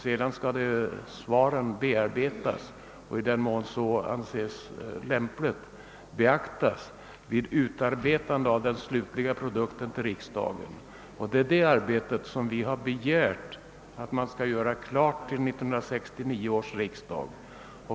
Sedan skall svaren bearbetas och — i den mån så anses lämpligt — beaktas vid utarbetande av det slutliga utlåtandet, som föreläggs riksdagsledamöterna. Vi har begärt att detta arbete skall göras klart till 1969 års riksdag.